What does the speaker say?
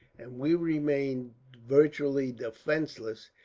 and we remained virtually defenceless,